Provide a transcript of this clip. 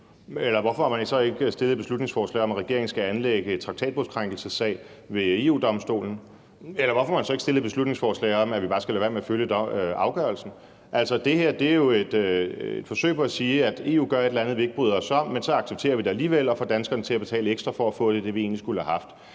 hvorfor man så ikke fremsat et beslutningsforslag om, at regeringen skal anlægge en traktatkrænkelsessag ved EU-Domstolen? Eller hvorfor har man så ikke fremsat et beslutningsforslag om, at vi bare skal lade være med at følge afgørelsen? Altså, det her er jo et forsøg på at sige, at EU gør et eller andet, vi ikke bryder os om, men så accepterer vi det alligevel og får danskerne til at betale ekstra for at få det, vi egentlig skulle have haft.